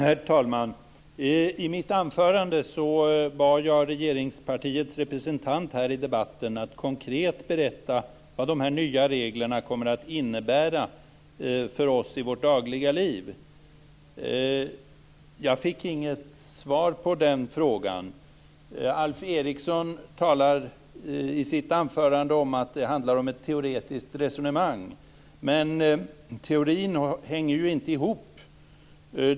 Herr talman! I mitt anförande bad jag regeringspartiets representant här i debatten att konkret berätta vad de nya reglerna kommer att innebära för oss i vårt dagliga liv. Jag fick inget svar på den frågan. Alf Eriksson talar i sitt anförande om att det handlar om ett teoretiskt resonemang, men teorin hänger inte ihop.